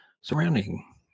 surrounding